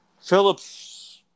Phillips